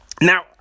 Now